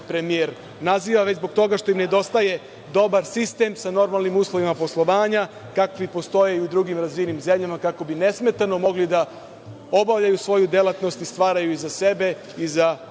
premijer naziva, već zbog toga što im nedostaje dobar sistem sa normalnim uslovima poslovanja, kakvi postoje i u drugim razvijenim zemljama kako bi nesmetano mogli da obavljaju svoju delatnost i stvaraju i za sebe i za